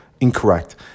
Incorrect